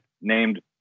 named